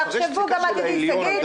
תחשבו גם על העתיד.